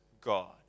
God